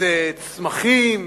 איזה צמחים,